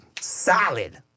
solid